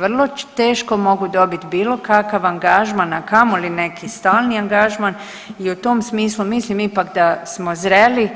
Vrlo teško mogu dobiti bilo kakav angažman, a kamoli neki stalni angažman i u tom smislu mislim ipak da smo zreli